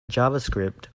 javascript